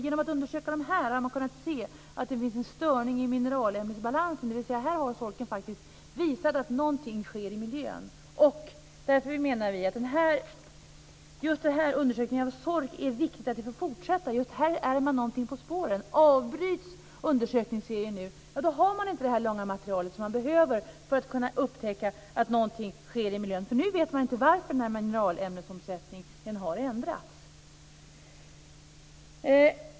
Genom att undersöka dem har man kunnat se att det finns en störning i mineralämnesbalansen, dvs. här har sorken faktiskt visat att någonting sker i miljön. Därför menar vi att det är viktigt att just undersökningen av sork får fortsätta. Här är man någonting på spåren. Avbryts undersökningsserien nu har man inte material från den långa tid som man behöver för att kunna upptäcka att någonting sker i miljön. Nu vet man inte varför mineralomsättningen har ändrats.